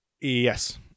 Yes